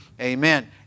Amen